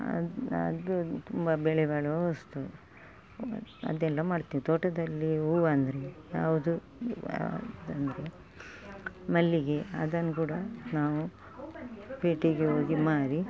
ಅದು ತುಂಬ ಬೆಲೆ ಬಾಳುವ ವಸ್ತು ಅದೆಲ್ಲ ಮಾಡ್ತೇವೆ ತೋಟದಲ್ಲಿ ಹೂ ಅಂದರೆ ಯಾವುದು ಯಾವುದೆಂದ್ರೆ ಮಲ್ಲಿಗೆ ಅದನ್ನು ಕೂಡ ನಾವು ಪೇಟೆಗೆ ಹೋಗಿ ಮಾರಿ